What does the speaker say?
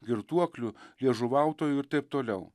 girtuoklių liežuvautojų ir taip toliau